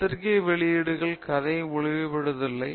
பத்திரிகை வெளியீடுகள் முழு கதையையும் வெளிப்படுத்தவில்லை